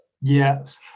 Yes